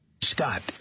Scott